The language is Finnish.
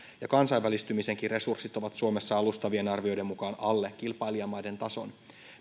ja kansainvälistymisenkin resurssit ovat suomessa alustavien arvioiden mukaan alle kilpailijamaiden tason